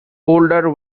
older